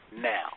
now